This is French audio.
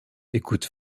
écoute